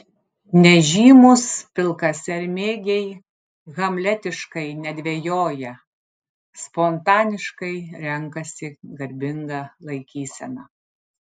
nežymūs pilkasermėgiai hamletiškai nedvejoja spontaniškai renkasi garbingą laikyseną